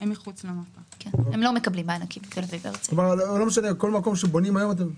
כלומר כל מקום שבונים היום.